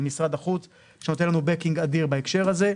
עם משרד החוץ שנותן לנו בקינג אדיר בהקשר הזה,